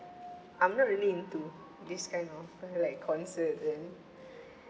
I'm not really into this kind of like concert and